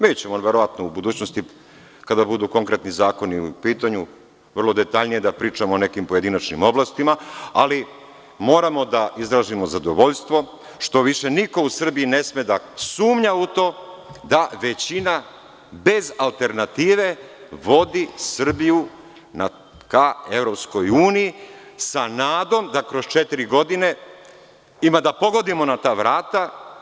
Mi ćemo verovatno u budućnosti kada budu konkretni zakoni u pitanju vrlo detaljnije da pričamo o nekim pojedinačnim oblastima, ali moramo da izrazimo zadovoljstvo što više niko u Srbiji ne sme da sumnja u to da većina bez alternative vodi Srbiju ka EU, sa nadom da kroz četiri godine ima da pogodimo na ta vrata.